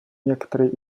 некоторые